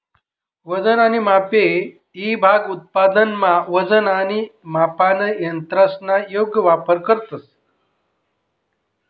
वजन आणि मापे ईभाग उत्पादनमा वजन आणि मापन यंत्रसना योग्य वापर करतंस